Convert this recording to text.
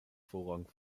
vorrang